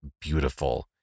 beautiful